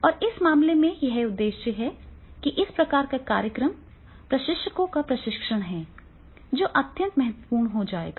और उस मामले में यह उद्देश्य है कि इस प्रकार का कार्यक्रम प्रशिक्षकों का प्रशिक्षण है जो अत्यंत महत्वपूर्ण हो जाएगा